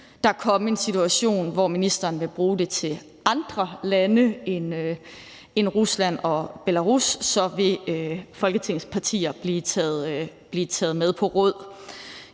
der komme en situation, hvor ministeren vil bruge det til andre lande end Rusland og Belarus, så vil Folketingets partier blive taget med på råd.